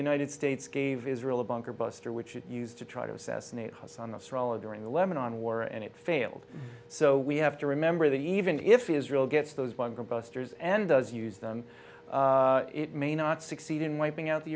united states gave israel a bunker buster which is used to try to assassinate haasan the stroller during the lebanon war and it failed so we have to remember that even if israel gets those bunker busters and does use them it may not succeed in wiping out the